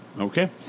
Okay